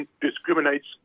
discriminates